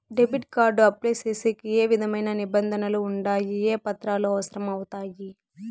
Debit card apply సేసేకి ఏ విధమైన నిబంధనలు ఉండాయి? ఏ పత్రాలు అవసరం అవుతాయి?